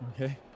Okay